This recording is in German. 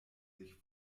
sich